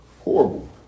Horrible